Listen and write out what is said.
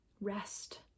rest